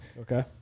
Okay